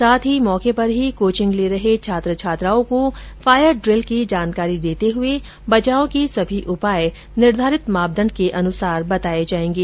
साथ ही मौके पर ही कोचिंग ले रहे छात्र छात्राओं को फायर ड्रिल की जानकारी देते हुये बचाव के सभी उपाय निर्धारित मापदण्ड के अनुसार बताये जायेंगे